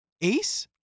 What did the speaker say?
Ace